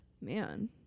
Man